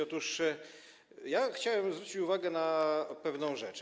Otóż chciałbym zwrócić uwagę na pewną rzecz.